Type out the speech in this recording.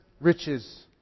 riches